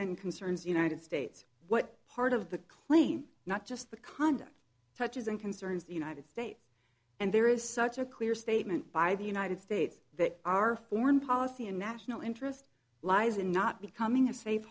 in concert the united states what part of the claim not just the conduct touches and concerns the united states and there is such a clear statement by the united states that our foreign policy and national interest lies in not becoming a safe